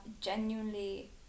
genuinely